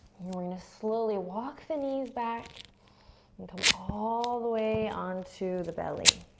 and we're going to slowly walk the knees back and come all the way onto the belly.